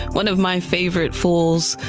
one of my favorite fools.